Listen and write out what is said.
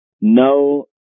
No